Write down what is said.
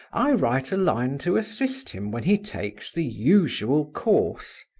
i write a line to assist him when he takes the usual course.